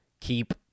keep